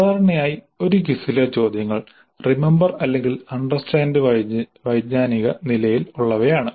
സാധാരണയായി ഒരു ക്വിസിലെ ചോദ്യങ്ങൾ റിമമ്പർ അല്ലെങ്കിൽ അണ്ടർസ്റ്റാൻഡ് വൈജ്ഞാനിക നിലയിൽ ഉള്ളവയാണ്